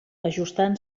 ajustant